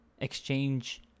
exchange